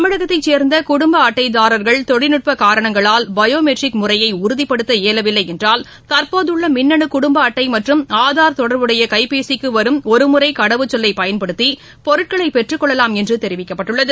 தமிழகத்தைசேர்ந்தகுடும்பஅட்டைதாரா்கள் தொழில்நுட்பகாரணங்களால் பயோமெட்ரிக் முறையினைஉறுதிப்படுத்த இயலவில்லைஎன்றால் தற்போதுள்ளமின்னுகுடும்பஅட்டைமற்றும் ஆதார் தொடர்புடையகைபேசிக்குவரும் ஒருமுறைகடவுச்சொல்லையன்படுத்திபொருட்களைபெற்றுக்கொள்ளலாம் என்றுதெரிவிக்கப்பட்டுள்ளது